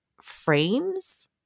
frames